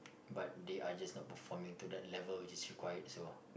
but they are just not performing to that level which is required so